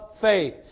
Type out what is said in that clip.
faith